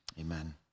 Amen